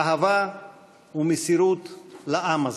אהבה ומסירות לעם הזה,